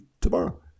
tomorrow